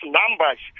numbers